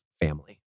family